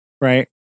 Right